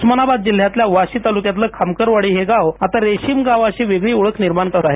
उस्मानाबाद जिल्हयातल्या वाशी तालुक्यातलखिमकरवाडी हे गाव आता रेशीम गाव अशी वेगळी ओळख निर्माण करत आहे